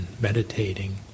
meditating